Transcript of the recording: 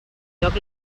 joc